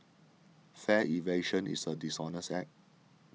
fare evasion is a dishonest act